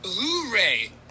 Blu-ray